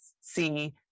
see